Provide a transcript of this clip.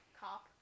cop